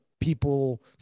people